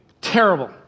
terrible